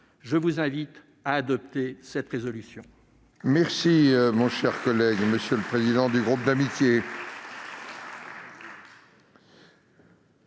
Je vous invite à adopter cette résolution.